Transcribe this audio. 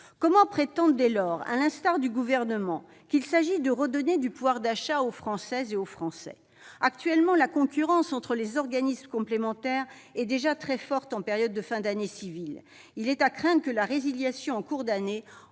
Comment prétendre, dès lors, comme le fait le Gouvernement, qu'il s'agit de redonner du pouvoir d'achat aux Françaises et aux Français ? Actuellement, la concurrence entre les organismes complémentaires est déjà très forte en période de fin d'année civile. Il est à craindre que la résiliation en cours d'année